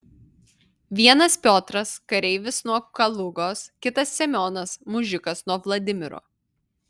vienas piotras kareivis nuo kalugos kitas semionas mužikas nuo vladimiro